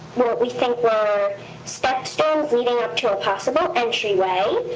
what we think were step stones leading up to a possible entryway,